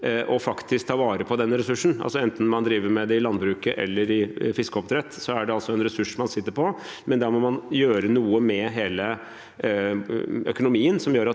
ved faktisk å ta vare på denne ressursen. Enten man driver med det i landbruket eller i fiskeoppdrett, er det altså en ressurs man sitter på, men da må man gjøre noe med hele økonomien